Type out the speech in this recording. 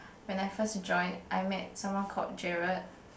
when I first joined I met someone called Jared